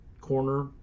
corner